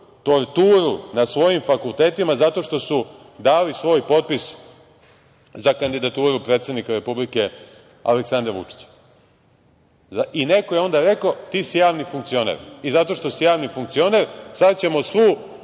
torturu na svojim fakultetima zato što su dali svoj potpis za kandidaturu predsednika Republike Aleksandra Vučića. I neko je onda rekao – ti si javni funkcioneri i zato što si javni funkcioner sada ćemo svu